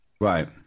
Right